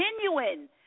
genuine